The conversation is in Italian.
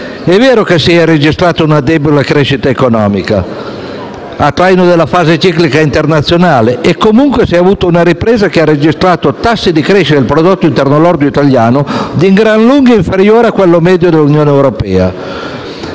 È vero che si è registrata una debole crescita economica a traino della fase ciclica internazionale e comunque è stata una ripresa che ha registrato un tasso di crescita del prodotto interno lordo italiano di gran lunga inferiore a quello medio dell'Unione europea.